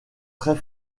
très